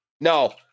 No